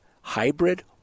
hybrid